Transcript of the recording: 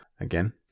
again